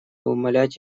умалять